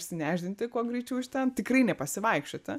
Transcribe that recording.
išsinešdinti kuo greičiau iš ten tikrai nepasivaikščioti